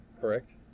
Correct